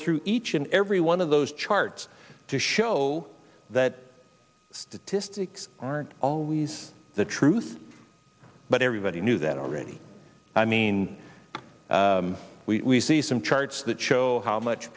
through each and every one of those charts to show that statistics aren't always the truth but everybody knew that already i mean we see some charts that show how much